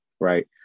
Right